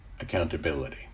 accountability